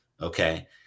Okay